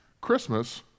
Christmas